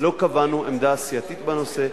לא קבענו עמדה סיעתית בנושא.